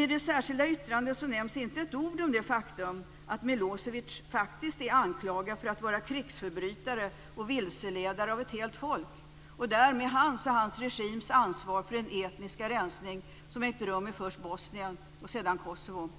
I det särskilda yttrandet nämns dock inte med ett ord det faktum att Milosevic faktiskt är anklagad för att vara krigsförbrytare och vilseledare av ett helt folk och att han och hans regim därmed bär ansvar för den etniska rensning som ägt rum i först Bosnien och sedan Kosovo.